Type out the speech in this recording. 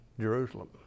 Jerusalem